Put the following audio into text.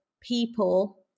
people